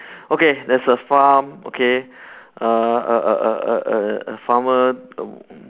okay there's a farm okay a a a a a a farmer err